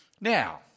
Now